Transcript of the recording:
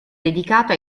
dedicato